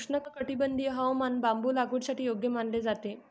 उष्णकटिबंधीय हवामान बांबू लागवडीसाठी योग्य मानले जाते